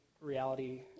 reality